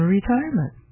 retirement